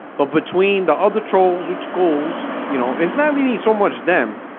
but between the other trolls which goals, you know it's not really so much them